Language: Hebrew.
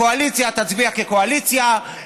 הקואליציה תצביע כקואליציה,